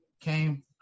came